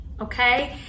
okay